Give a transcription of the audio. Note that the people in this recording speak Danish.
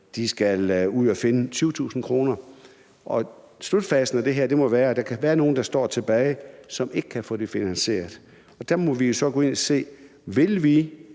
De skal ud og finde 20.000 kr. Slutfacit på det her må være, at der kan være nogle, der står tilbage, som ikke kan få det finansieret. Der må vi jo så gå ind og se på, om